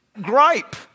gripe